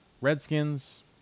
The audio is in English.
Redskins